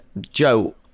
Joe